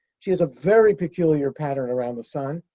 she has a very peculiar pattern around the sun.